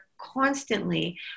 constantly